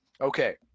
Okay